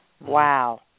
Wow